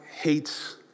hates